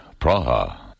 Praha